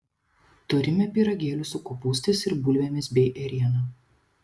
turime pyragėlių su kopūstais ir bulvėmis bei ėriena